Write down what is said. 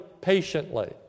patiently